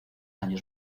años